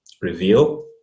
reveal